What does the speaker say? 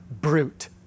brute